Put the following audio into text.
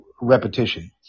repetition